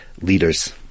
leaders